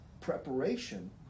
preparation